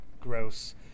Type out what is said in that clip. gross